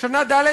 שנה ד',